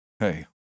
Hey